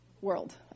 world